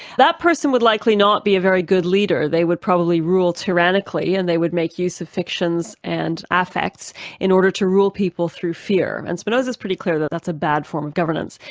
that person would likely not be a very good leader. they would probably rule tyrannically and they would make use of fictions and affects in order to rule people through fear. and spinoza's pretty clear that that's a bad form of governance.